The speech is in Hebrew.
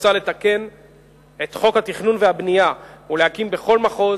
מוצע לתקן את חוק התכנון והבנייה ולהקים בכל מחוז